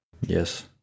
Yes